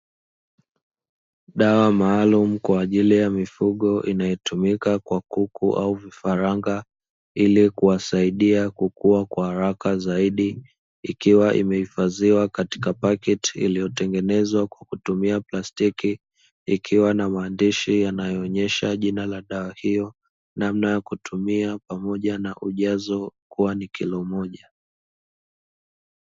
Dawa maalum kwa ajili ya mifugo inayotumika kwa kuku au vifaranga ili kuwasaidia kukua kwa haraka zaidi ikiwa imehifadhiwa katika paketi iliyotengenezwa kwa kutumia plastiki, ikiwa na maandishi yanayoonyesha jina la dawa hiyo namna ya kutumia pamoja na ujazo kuwa ni kilo moja.